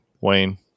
wayne